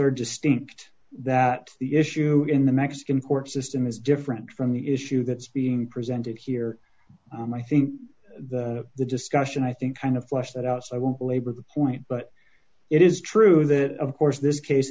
are distinct that the issue in the mexican court system is different from the issue that's being presented here and i think the the discussion i think kind of flesh that out so i won't belabor the point but it is true that of course this case i